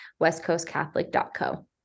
westcoastcatholic.co